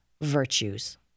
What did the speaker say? virtues